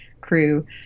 crew